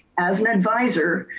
as an advisor,